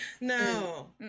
no